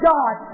God